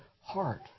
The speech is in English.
heart